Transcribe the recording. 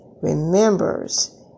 remembers